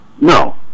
No